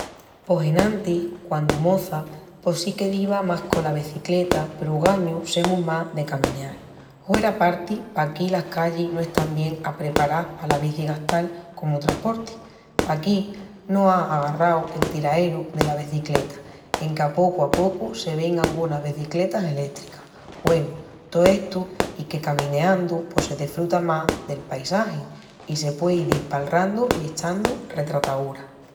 Pos enantis, quandu moça, pos si que diva más cola becicleta peru ogañu semus más de camineal. Hueraparti paquí las callis no están bien apreparás pala bici gastal comu trasporti. Paquí no á agarrau el tiraeru dela becicleta enque a pocu a pocu se vein angunas becicletas elétricas. Güenu, to estu i que camineandu pos se desfruta más del paisagi i se puei dil palrandu i echandu retrataúras.